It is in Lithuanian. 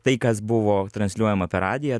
tai kas buvo transliuojama per radiją